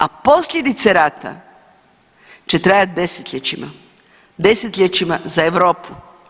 A posljedice rata će trajati desetljećima, desetljećima za Europu.